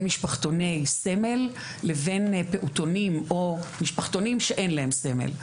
משפחתוני סמל לבין פעוטונים או משפחתונים שאין להם סמל.